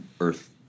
Earth